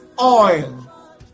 oil